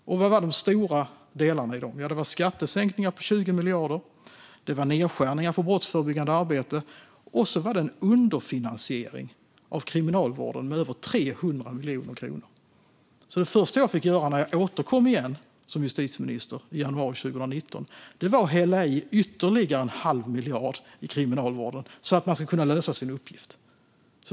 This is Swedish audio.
Vilka var då de stora delarna i den? Det var skattesänkningar på 20 miljarder. Det var nedskärningar på brottsförebyggande arbete. Och så var det en underfinansiering av Kriminalvården med över 300 miljoner kronor. Det första jag fick göra när jag återkom som justitieminister igen i januari 2019 var att hälla i ytterligare en halv miljard till Kriminalvården för att den skulle kunna lösa sin uppgift.